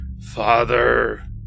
Father